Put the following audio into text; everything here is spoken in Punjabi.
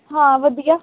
ਹਾਂ ਵਧੀਆ